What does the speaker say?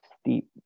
steep